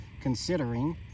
considering